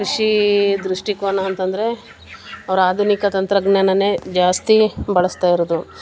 ಕೃಷಿ ದೃಷ್ಟಿಕೋನ ಅಂತಂದರೆ ಅವ್ರು ಆಧುನಿಕ ತಂತ್ರಜ್ಞಾನನೇ ಜಾಸ್ತಿ ಬಳಸ್ತಾ ಇರುವುದು